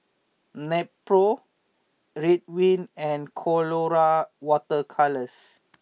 Nepro Ridwind and Colora Water Colours